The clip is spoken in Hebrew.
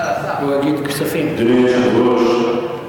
אדוני היושב-ראש,